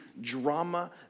drama